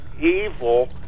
evil